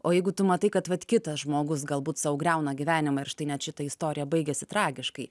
o jeigu tu matai kad vat kitas žmogus galbūt sau griauna gyvenimą ir štai net šita istorija baigėsi tragiškai